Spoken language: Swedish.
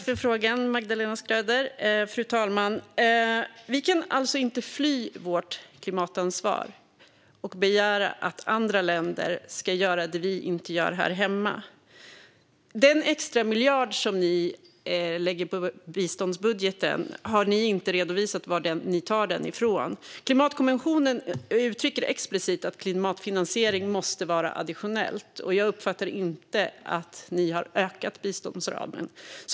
Fru talman! Vi kan inte fly vårt klimatansvar och begära att andra länder ska göra det vi inte gör här hemma. Ni har inte redovisat varifrån ni tar den extramiljard som ni lägger på biståndsbudgeten. Klimatkonventionen uttrycker explicit att klimatfinansiering måste vara additionell. Jag uppfattar inte att ni har ökat biståndsramen.